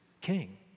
king